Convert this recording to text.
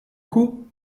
coup